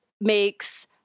makes